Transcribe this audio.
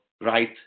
right